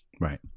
Right